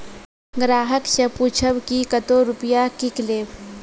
ग्राहक से पूछब की कतो रुपिया किकलेब?